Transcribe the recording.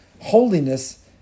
holiness